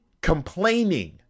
complaining